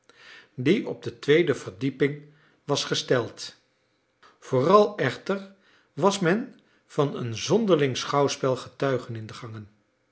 die op de tweede verdieping was gesteld vooral echter was men van een zonderling schouwspel getuige in de gangen